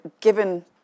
Given